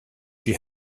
she